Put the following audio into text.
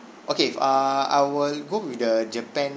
okay err I will go with the japan